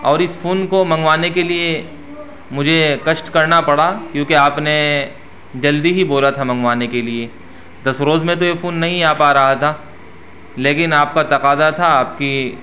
اور اس فون کو منگوانے کے لیے مجھے کشٹ کرنا پڑا کیونکہ آپ نے جلدی ہی بولا تھا منگوانے کے لیے دس روز میں تو یہ فون نہیں آ پا رہا تھا لیکن آپ کا تقاضا تھا آپ کی